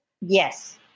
Yes